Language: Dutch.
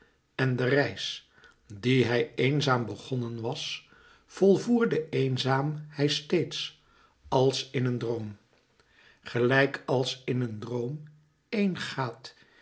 en de reis die hij eenzaam begonnen was volvoerde eenzaam hij steeds als in een droom gelijk als in een droom éen gaat